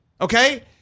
Okay